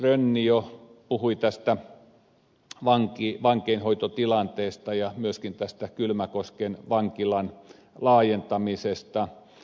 rönni jo puhui vankeinhoitotilanteesta ja myöskin tästä kylmäkosken vankilan laajentamisesta